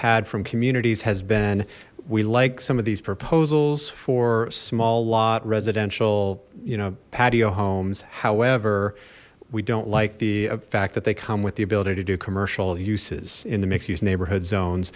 had from communities has been we like some of these proposals for small lot residential you know patio homes however we don't like the fact that they come with the ability to do commercial uses in the mixed use neighborhood zones